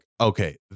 okay